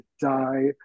die